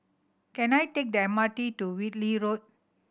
can I take the M R T to Whitley Road